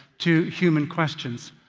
to human questions.